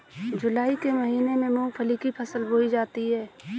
जूलाई के महीने में मूंगफली की फसल बोई जाती है